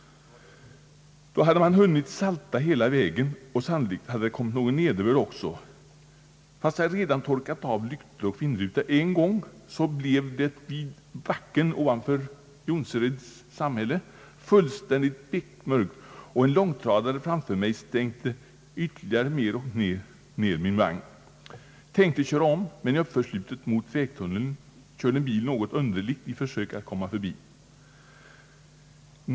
Då hade man hunnit salta hela vägen. Sannolikt hade det också kommit någon nederbörd. Fast jag redan torkat av lyktor och vindruta en gång, blev det vid backen ovanför Jonsereds samhälle fullständigt beckmörkt omkring mig. En långtradare framför mig stänkte ytterligare ned min vagn mer och mer. Jag tänkte köra om men i uppförslutet mot vägtunneln körde en annan bil något underligt i försök att komma förbi långtradaren.